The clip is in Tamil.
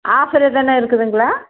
ஆஃபர் எதுனா இருக்குதுங்களா